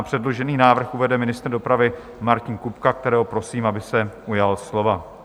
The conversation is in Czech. Předložený návrh uvede ministr dopravy Martin Kupka, kterého prosím, aby se ujal slova.